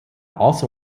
also